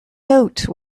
note